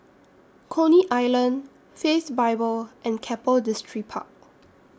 Coney Island Faith Bible and Keppel Distripark